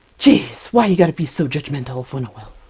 geez, why you got to be so judgmental of winnowill?